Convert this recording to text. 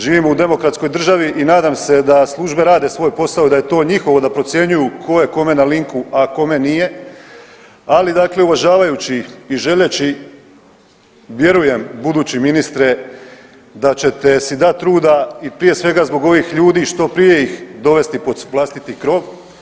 Živimo u demokratskoj državi i nadam se da službe rade svoj posao i da je to njihovo da procjenjuju ko je kome na linku, a kome nije, ali dakle uvažavajući i želeći vjerujem budući ministre da ćete si dat truda i prije svega zbog ovih ljudi što prije ih dovesti pod vlastiti krov.